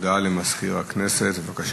הודעה למזכיר הכנסת, בבקשה.